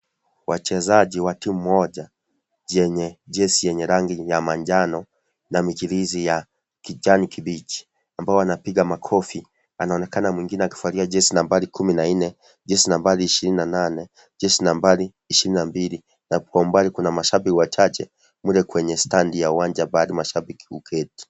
Wachezaji wa timu moja yenye jezi yenye rangi ya manjano na michirizi ya kijani kibichi ambao wanapiga makofi anaonekana mwingine akivalia jezi nambari kumi na nne, jezi nambari ishirini na nane, jezi nambari ishirini na mbili na kwa umbali kuna mashabiki wachache mle kwenye standi ya uwanja pahali mashabiki huketi.